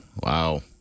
Wow